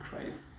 Christ